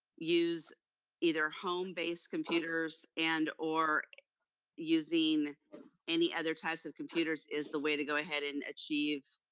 use either home-based computers and or using any other types of computers is the way to go ahead and achieve